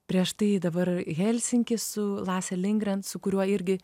prieš tai dabar helsinky su lasse lindgren su kuriuo irgi